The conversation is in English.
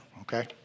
okay